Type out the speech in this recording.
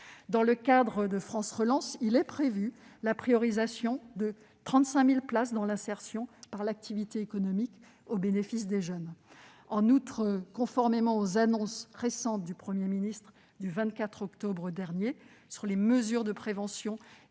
Dans le cadre de « France Relance » est prévue la priorisation de 35 000 places dans l'insertion par l'activité économique au bénéfice des jeunes. En outre, conformément aux annonces récentes du Premier ministre sur les mesures de prévention et de